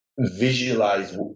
visualize